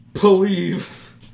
believe